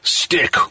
stick